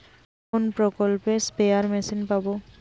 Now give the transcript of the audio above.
কোন প্রকল্পে spare machine পাব?